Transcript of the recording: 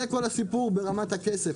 זה כל הסיפורים ברמת הכסף.